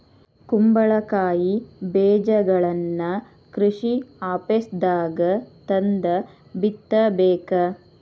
ಕುಂಬಳಕಾಯಿ ಬೇಜಗಳನ್ನಾ ಕೃಷಿ ಆಪೇಸ್ದಾಗ ತಂದ ಬಿತ್ತಬೇಕ